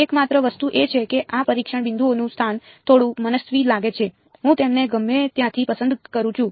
એકમાત્ર વસ્તુ એ છે કે આ પરીક્ષણ બિંદુઓનું સ્થાન થોડું મનસ્વી લાગે છે હું તેમને ગમે ત્યાંથી પસંદ કરું છું